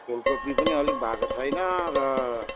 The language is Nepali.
फुलकोपी पनि अलिक भएको छैन र